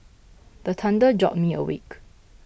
the thunder jolt me awake